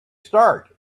start